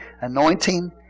anointing